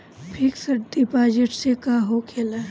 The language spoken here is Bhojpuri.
फिक्स डिपाँजिट से का होखे ला?